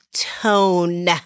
tone